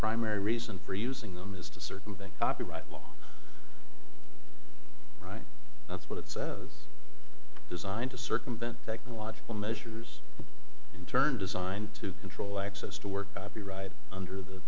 primary reason for using them is to circumvent copyright law right that's what it's designed to circumvent technological measures in turn designed to control access to work be right under the